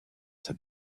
said